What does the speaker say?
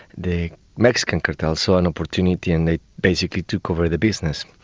the mexican cartels saw an opportunity and they basically took over the business.